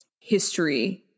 history